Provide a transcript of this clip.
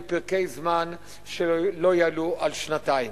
לפרקי זמן שלא יעלו על שנתיים.